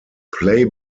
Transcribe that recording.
play